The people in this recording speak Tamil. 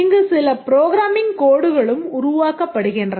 இங்கு சில ப்ரோக்ராமிங் கோடுகளும் உருவாக்கப்படுகின்றன